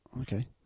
Okay